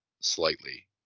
slightly